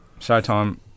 Showtime